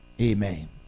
Amen